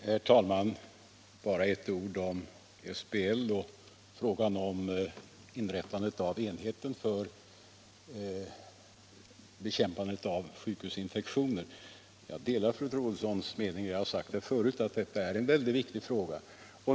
Herr talman! Bara ett ord om SBL och frågan om inrättandet av enheten för bekämpande av sjukhusinfektioner. Jag delar fru Troedssons mening att detta är en mycket viktig fråga.